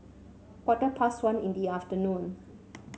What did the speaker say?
quarter past one in the afternoon